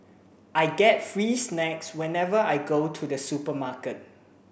I get free snacks whenever I go to the supermarket